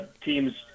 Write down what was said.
teams